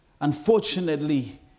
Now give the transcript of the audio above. Unfortunately